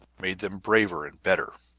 made them braver and better.